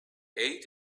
ate